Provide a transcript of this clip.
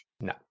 No